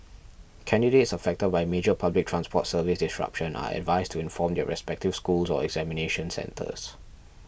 candidates affected by major public transport service disruption are advised to inform their respective schools or examination centres